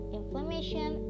inflammation